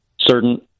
certain